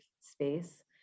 space